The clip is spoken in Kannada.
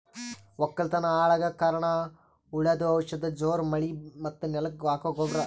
ವಕ್ಕಲತನ್ ಹಾಳಗಕ್ ಕಾರಣ್ ಹುಳದು ಔಷಧ ಜೋರ್ ಮಳಿ ಮತ್ತ್ ನೆಲಕ್ ಹಾಕೊ ಗೊಬ್ರ